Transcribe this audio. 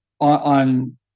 On